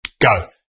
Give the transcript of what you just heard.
go